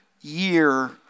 year